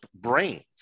brains